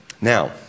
Now